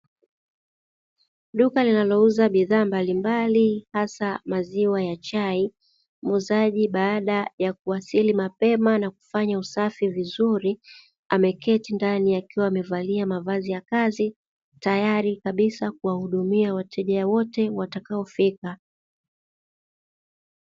Duka linaliuza bidhaa mbalimbali hasa maziwa ya chai. Muuzaji baada ya kuwasili mapema na kufanya usafi vizuri ameketi ndani akiwa amevalia mavazi ya kazi tayari kabisa kuwahudumia wateja wote watakaofika.